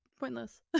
Pointless